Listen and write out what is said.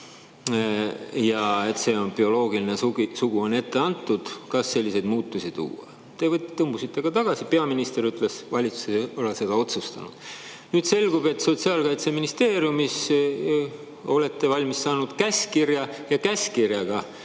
ja meesteks ning bioloogiline sugu on ette antud, [tasub] selliseid muutusi tuua. Te tõmbusite tagasi, peaminister ütles, et valitsus ei ole seda otsustanud. Nüüd selgub, et Sotsiaalministeeriumis olete te valmis saanud käskkirja ja käskkirjaga